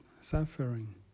suffering